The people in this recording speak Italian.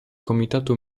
comitato